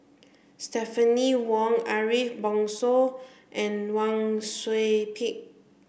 Stephanie Wong Ariff Bongso and Wang Sui Pick